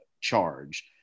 charge